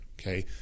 Okay